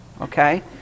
Okay